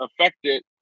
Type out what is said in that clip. affected